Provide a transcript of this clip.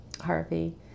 Harvey